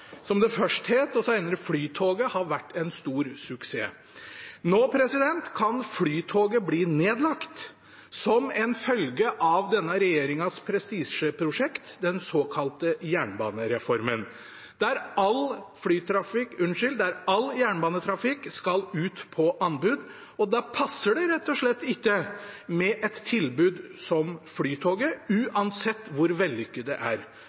som det først het, og senere Flytoget, har vært en stor suksess. Nå kan Flytoget bli nedlagt som følge av denne regjeringens prestisjeprosjekt, den såkalte jernbanereformen, der all jernbanetrafikk skal ut på anbud. Da passer det rett og slett ikke med et tilbud som Flytoget – uansett hvor vellykket det er.